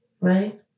Right